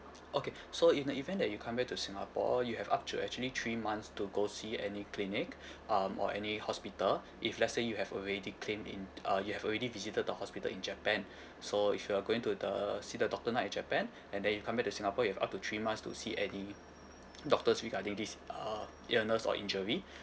okay so in the event that you come back to singapore you have up to actually three months to go see any clinic um or any hospital if let's say you have already claimed in uh you have already visited the hospital in japan so if you're going to the see the doctor now in japan and then you come back to singapore you've up to three months to see any doctors regarding this uh illness or injury